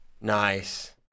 nice